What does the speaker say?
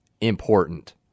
important